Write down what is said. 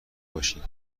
باشین